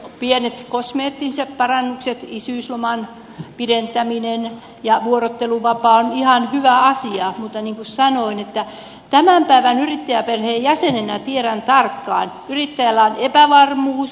pienet kosmeettiset parannukset isyysloman pidentäminen ja vuorotteluvapaa ovat ihan hyvä asia mutta niin kuin sanoin tämän päivän yrittäjäperheen jäsenenä tiedän tarkkaan että yrittäjällä on epävarmuus